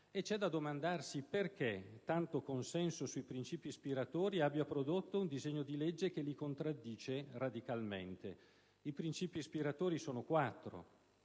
C'è da domandarsi perché tanto consenso sui principi ispiratori abbia prodotto un disegno di legge che li contraddice radicalmente. I principi ispiratori sono quattro: